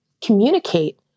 communicate